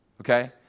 okay